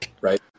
right